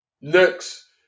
Next